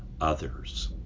others